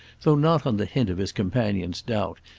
though not on the hint of his companion's doubt,